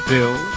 Bill